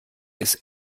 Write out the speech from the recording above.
ist